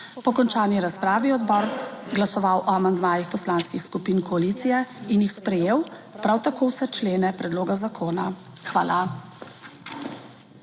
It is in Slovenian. Po končani razpravi je odbor glasoval o amandmajih poslanskih skupin koalicije in jih sprejel, prav tako vse člene predloga zakona. Hvala.